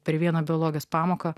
per vieną biologijos pamoką